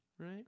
Right